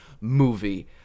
movie